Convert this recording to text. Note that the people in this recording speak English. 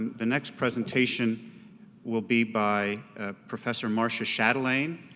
the next presentation will be by professor marcia chatelain.